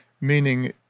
Meaning